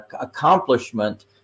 accomplishment